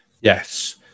yes